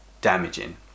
damaging